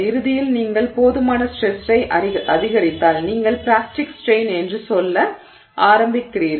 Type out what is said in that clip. இறுதியில் நீங்கள் போதுமான ஸ்ட்ரெஸ்ஸை அதிகரித்தால் நீங்கள் பிளாஸ்டிக் ஸ்ட்ரெய்ன் என்று சொல்ல ஆரம்பிக்கிறீர்கள்